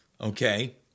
Okay